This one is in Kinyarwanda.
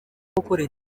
yavuzemo